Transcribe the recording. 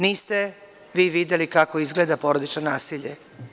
Niste vi videli kako izgleda porodično nasilje.